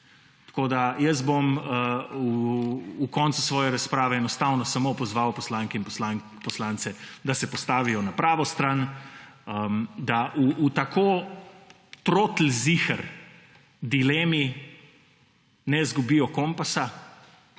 kapitala. V koncu svoje razprave bom enostavno samo pozval poslanke in poslance, da se postavijo na pravo stran, da v tako trotlziher dilemi ne izgubijo kompasa